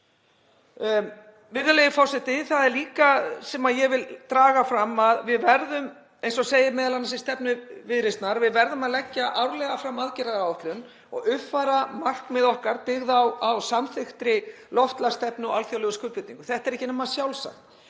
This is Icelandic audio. Viðreisnar, að leggja árlega fram aðgerðaáætlun og uppfæra markmið okkar byggð á samþykktri loftslagsstefnu og alþjóðlegum skuldbindingum. Þetta er ekki nema sjálfsagt,